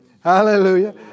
Hallelujah